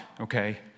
okay